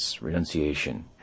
renunciation